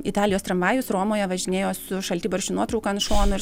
italijos tramvajus romoje važinėjo su šaltibarščių nuotrauka ant šono